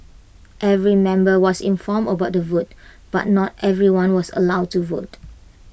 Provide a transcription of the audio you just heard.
every member was informed about the vote but not everyone was allowed to vote